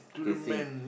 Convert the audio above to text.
okay same